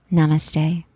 Namaste